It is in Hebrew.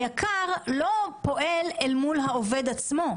היק"ר לא פועל אל מול העובד עצמו.